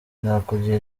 nakugira